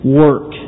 work